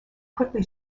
quickly